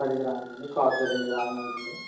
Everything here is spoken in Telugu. పది గ్రాములు అండి కాసులు రెండు గ్రాములు ఉంది అండి